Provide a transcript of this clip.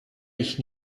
ich